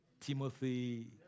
Timothy